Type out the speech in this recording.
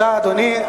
תודה, אדוני.